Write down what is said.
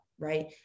right